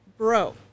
Bro